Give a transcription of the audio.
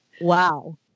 Wow